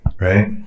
right